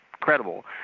credible